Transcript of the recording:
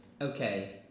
okay